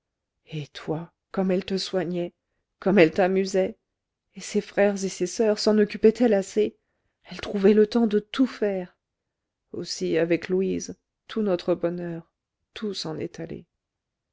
et toi comme elle te soignait comme elle t'amusait et ses frères et ses soeurs s'en occupait-elle assez elle trouvait le temps de tout faire aussi avec louise tout notre bonheur tout s'en est allé